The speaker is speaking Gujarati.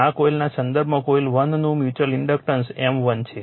આ કોઇલના સંદર્ભમાં કોઇલ 1 નું મ્યુચ્યુઅલ ઇન્ડક્ટન્સ M1 છે